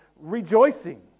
rejoicing